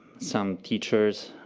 some teachers.